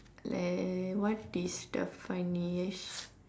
uh what is the funniest